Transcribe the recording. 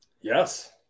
Yes